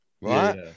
right